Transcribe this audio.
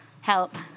help